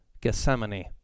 Gethsemane